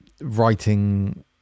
writing